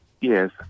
Yes